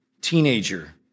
teenager